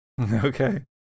Okay